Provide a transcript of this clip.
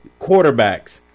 quarterbacks